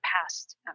past